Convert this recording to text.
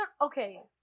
Okay